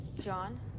John